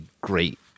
great